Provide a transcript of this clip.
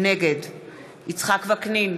נגד יצחק וקנין,